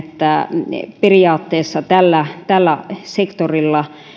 esitykseen ja näen että periaatteessa tällä tällä sektorilla